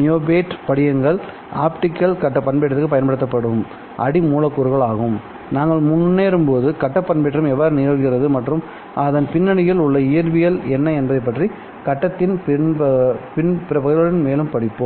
niobate படிகங்கள் optical கட்ட பண்பேற்றத்திற்கு பயன்படுத்தப்படும் அடி மூலக்கூறுகள் ஆகும் நாம் முன்னேறும்போது கட்ட பண்பேற்றம் எவ்வாறு நிகழ்கிறது மற்றும் இதன் பின்னணியில் உள்ள இயற்பியல் என்ன என்பது பற்றி கட்டத்தின் பிற பகுதிகளுடன்மேலும் படிப்போம்